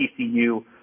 TCU